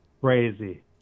Crazy